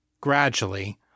gradually